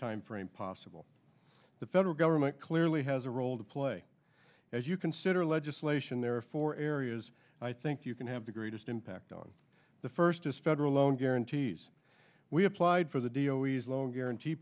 timeframe possible the federal government clearly has a role to play as you consider legislation there are four areas i think you can have the greatest impact on the first is federal loan guarantees we applied for the d o e's loan guarantee